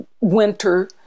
Winter